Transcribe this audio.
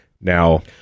Now